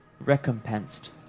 recompensed